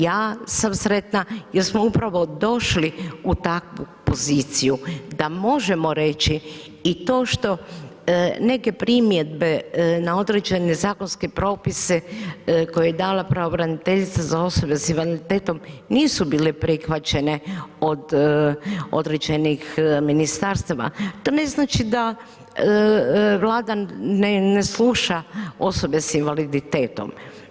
Ja sam sretna jer smo upravo došli u takvu poziciju da možemo reći i to što neke primjedbe na određene zakonske propise koje je dala pravobraniteljica za osobe s invaliditetom nisu bile prihvaćene od određenih ministarstava, to ne znači da Vlada ne sluša osobe s invaliditetom.